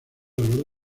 honor